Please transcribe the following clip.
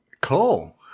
Cool